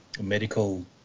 medical